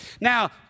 Now